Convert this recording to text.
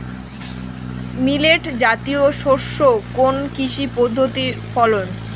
Millet জাতীয় শস্য কোন কৃষি পদ্ধতির ফসল?